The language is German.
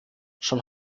schon